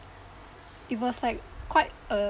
it was like quite a